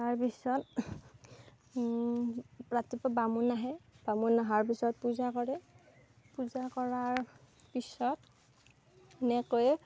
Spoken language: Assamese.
তাৰপিছত ৰাতিপুৱা বামুণ আহে বামুণ অহাৰ পিছত পূজা কৰে পূজা কৰাৰ পিছত ধুনীয়াকৈ